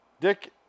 Dick